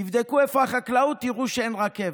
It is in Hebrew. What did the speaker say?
תבדקו איפה החקלאות, תראו שאין רכבת.